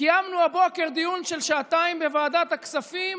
קיימנו הבוקר דיון של שעתיים בוועדת הכספים